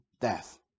death